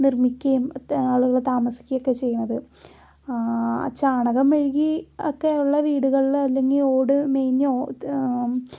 നിർമ്മിക്കുകയും ത ആളുകള് താമസിക്കുകയും ചെയ്യുന്നത് ചാണകം മെഴുകി ഒക്കെ ഉള്ള വീടുകളിലെ അല്ലെങ്കിൽ ഓട് മേഞ്ഞോ